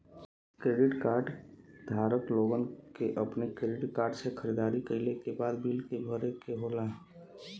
credit card धारक लोगन के अपने क्रेडिट कार्ड से खरीदारी कइले के बाद बिल क भरे क होला